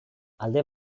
alde